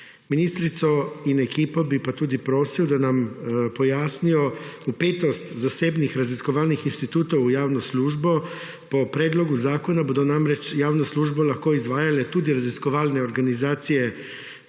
Ministrico in ekipo bi pa tudi prosil, da nam pojasnijo vpetost zasebnih raziskovalnih inštitutov v javno službo. Po predlogu zakona bodo namreč javno službo lahko izvajale tudi raziskovalne organizacije